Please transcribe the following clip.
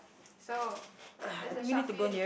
so there's a shark fin